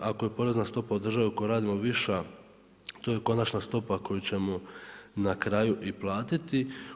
Ako je porezna stopa u državi u kojoj radimo viša, to je i konačna stopa koju ćemo na kraju i platiti.